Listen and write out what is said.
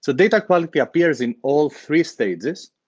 so data quality appears in all three stages.